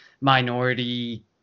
minority